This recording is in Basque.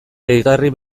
gehigarri